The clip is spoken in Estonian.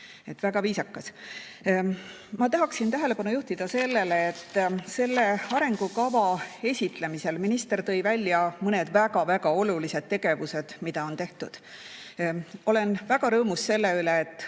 Väga viisakas. Ma tahaksin tähelepanu juhtida sellele, et selle arengukava esitlemisel minister tõi välja mõned väga-väga olulised tegevused, mida on tehtud. Olen väga rõõmus selle üle, et